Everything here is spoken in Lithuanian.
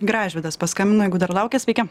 gražvydas paskambino jeigu dar laukia sveiki